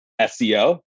SEO